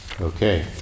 Okay